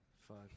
Fuck